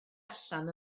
allan